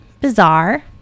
bizarre